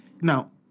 Now